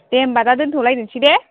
दे होमबा दा दोन्थलायनोसै दे